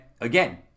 again